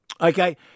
Okay